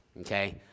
okay